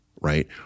right